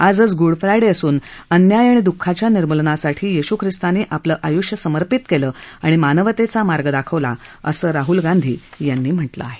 आजच गुडफ्रायडे असून अन्याय आणि दुःखाच्या निर्मूलनासाठी येशू ख्रिस्तांनी आपलं आयूष्य समर्पित केलं आणि मानवतेचा मार्ग दाखवला असं राहुल गांधी यांनी म्हटलं आहे